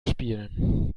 spielen